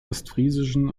ostfriesischen